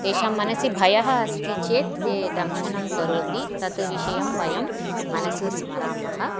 तेषां मनसि भयः अस्ति चेत् ते दंशनं करोति तत् विषयं वयं मनसि स्मरामः